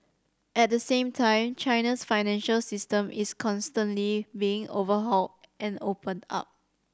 at the same time China's financial system is constantly being overhauled and opened up